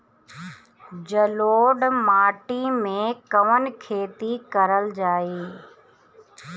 जलोढ़ माटी में कवन खेती करल जाई?